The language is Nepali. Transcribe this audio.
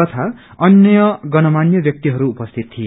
तथा अन्य गण्यमान्य व्यक्तिहरू उपस्थित थिए